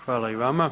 Hvala i vama.